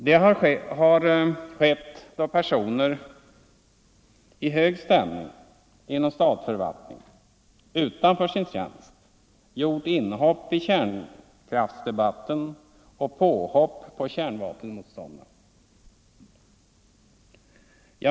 De har skett då personer i hög ställning inom statsförvaltningen, utanför sin tjänst, gjort inhopp i kärnkraftsdebatten och påhopp på kärnkraftsmotståndarna.